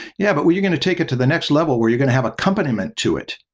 yeah, but when you're going to take it to the next level, where you're going to have accompaniment to it.